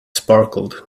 sparkled